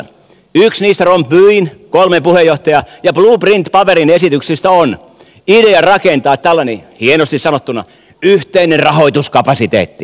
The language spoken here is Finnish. yksi niistä rompuyn kolmen puheenjohtajan ja blueprint paperin esityksistä on idea rakentaa tällainen hienosti sanottuna yhteinen rahoituskapasiteetti